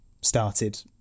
started